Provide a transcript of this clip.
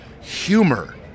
Humor